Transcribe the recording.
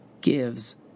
gives